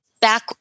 back